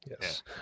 Yes